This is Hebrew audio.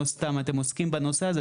לא סתם אתם עוסקים בנושא הזה,